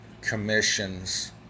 commissions